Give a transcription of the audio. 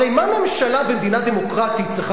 הרי מה ממשלה במדינה דמוקרטית צריכה